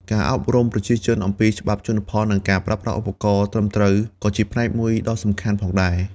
ការអប់រំប្រជាជនអំពីច្បាប់ជលផល និងការប្រើប្រាស់ឧបករណ៍ត្រឹមត្រូវក៏ជាផ្នែកមួយដ៏សំខាន់ផងដែរ។